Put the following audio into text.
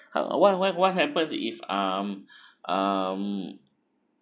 uh what what what happens if um um